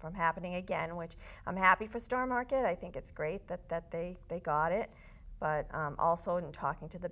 from happening again which i'm happy for star market i think it's great that that they they got it but also in talking to the